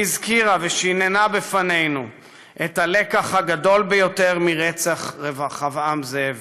והיא הזכירה ושיננה בפנינו את הלקח הגדול ביותר מרצח רחבעם זאבי: